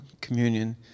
communion